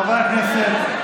חברי הכנסת,